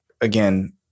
Again